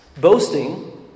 Boasting